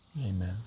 Amen